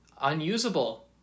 unusable